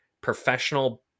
professional